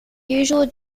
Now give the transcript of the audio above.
usual